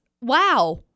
wow